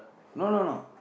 no no no